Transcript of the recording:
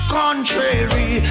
contrary